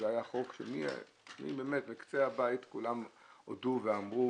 זה היה חוק שמקצה הבית כולם הודו ואמרו